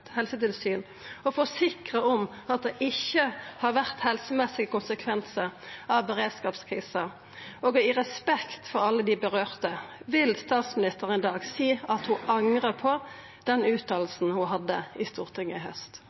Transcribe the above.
helsetilsyn og forsikra om at det ikkje hadde vore helsemessige konsekvensar av beredskapskrisa? I respekt for alle dei som er råka: Vil statsministeren i dag seia at ho angrar på det ho sa i Stortinget i haust?